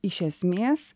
iš esmės